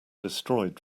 destroyed